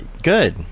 good